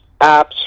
apps